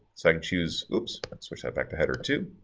so i can choose loops which i back to header two.